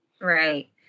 Right